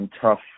tough